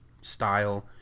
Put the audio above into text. style